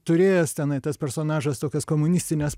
turėjęs tenai tas personažas tokias komunistines